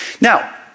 Now